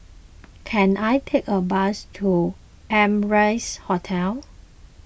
can I take a bus to Amrise Hotel